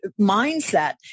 mindset